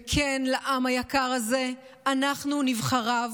וכן, לעם היקר הזה, אנחנו, נבחריו,